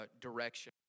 direction